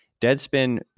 deadspin